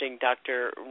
Dr